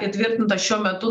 įtvirtintas šiuo metu